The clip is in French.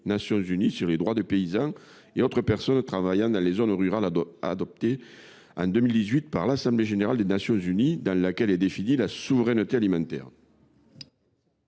Nations unies sur les droits des paysans et des autres personnes travaillant dans les zones rurales, adoptée en 2018 par l’Assemblée générale des Nations unies, dans laquelle le concept de souveraineté alimentaire